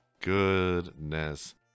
Goodness